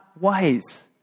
ways